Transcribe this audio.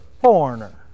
foreigner